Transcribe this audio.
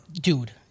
dude